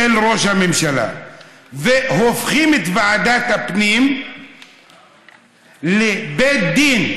ראש הממשלה והופכים את ועדת הפנים לבית דין,